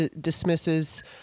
dismisses